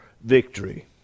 victory